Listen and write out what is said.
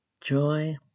joy